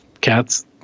cats